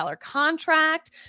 contract